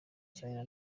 cyane